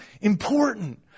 important